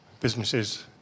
businesses